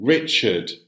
Richard